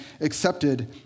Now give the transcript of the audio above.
accepted